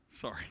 Sorry